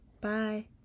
Bye